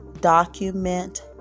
document